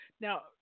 Now